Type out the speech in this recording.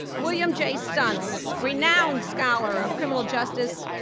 william j. stuntz, renowned scholar of criminal justice,